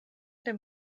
den